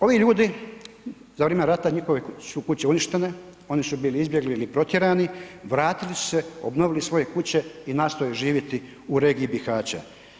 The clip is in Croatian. Ovi ljudi, za vrijeme rata njihove kuće su uništene, oni su bili izbjegli ili protjerani, vratili su se, obnovili svoje kuće i nastoje živjeti u regiji Bihaća.